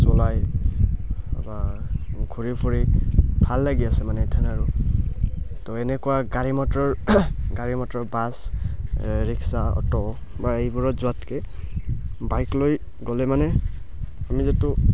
চলাই বা ঘূৰি ফুৰি ভাল লাগি আছে মানে এথান আৰু তো এনেকুৱা গাড়ী মটৰ গাড়ী মটৰ বাছ ৰিক্সা অটো' বা এইবোৰত যোৱাতকৈ বাইক লৈ গ'লে মানে আমি যিটো